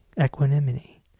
equanimity